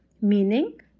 meaning